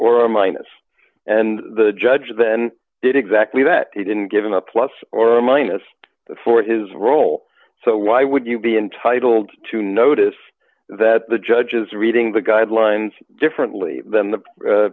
a minus and the judge then did exactly that he didn't give an a plus or minus for his role so why would you be entitled to notice that the judge is reading the guidelines differently than the